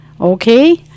Okay